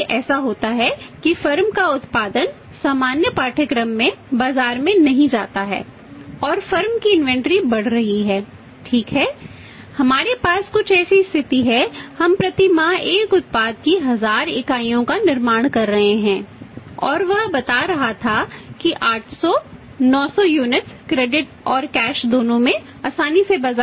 कभी कभी ऐसा होता है कि फर्म स्थिति थी